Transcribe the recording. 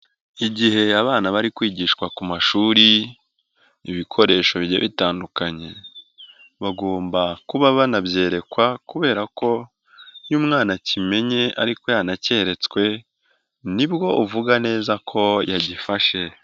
Igihe abana bari kwigishwa ku mashuri ibikoresho bigiye bitandukanye, bagomba kuba banabyerekwa kubera ko iyo umwanawana akimenye ariko yanakereretswe nibwo uvuga neza ko yagifashe.